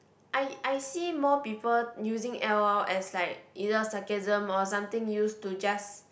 I I see more people using L_O_L as like either sarcasm or something used to just